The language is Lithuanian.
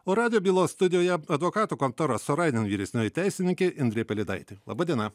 o radio bylos studijoje advokatų kontoros sorainen vyresnioji teisinikė indrė pelėdaitė laba diena